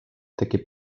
tekib